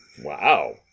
Wow